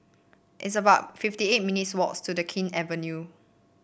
it's about fifty eight minutes' walk to the King Avenue